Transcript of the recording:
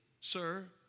sir